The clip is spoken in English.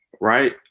right